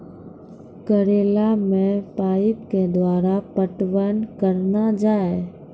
करेला मे पाइप के द्वारा पटवन करना जाए?